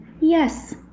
Yes